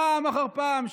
פעם אחר פעם,